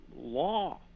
law